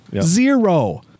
Zero